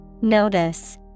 Notice